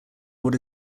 what